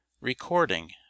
Recording